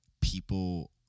people